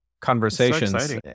conversations